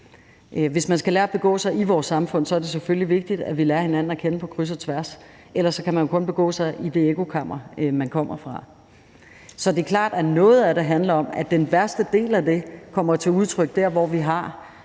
Hvis man skal lære at begå sig i vores samfund, er det selvfølgelig vigtigt, at vi lærer hinanden at kende på kryds og tværs, for ellers kan man jo kun begå sig i det ekkokammer, man kommer fra. Så det er klart, at noget af det handler om, at den værste del af det kommer til udtryk der, hvor vi har